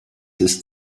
ist